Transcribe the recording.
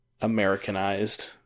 Americanized